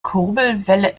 kurbelwelle